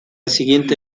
siguiente